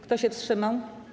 Kto się wstrzymał?